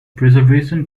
preservation